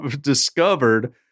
discovered